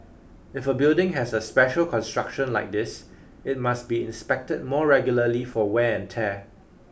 if a building has a special construction like this it must be inspected more regularly for wear and tear